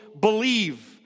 believe